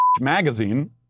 Magazine